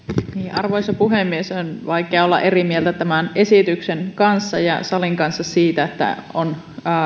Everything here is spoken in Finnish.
arvoisa puhemies on vaikea olla eri mieltä tämän esityksen ja salin kanssa siitä että on